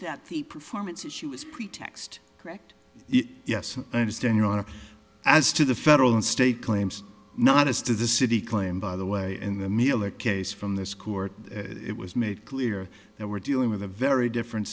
that the performance issue was pretext correct yes i understand your honor as to the federal and state claims not as to the city claim by the way in the miller case from this court it was made clear that we're dealing with a very different